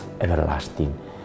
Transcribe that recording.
everlasting